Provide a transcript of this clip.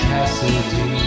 Cassidy